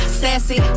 sassy